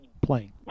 playing